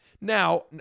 Now